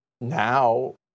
now